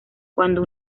cuando